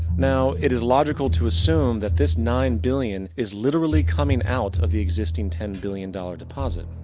now, it is logical to assume, that this nine billion is literally coming out of the existing ten billion dollar deposit.